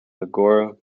agora